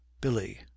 Billy